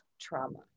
trauma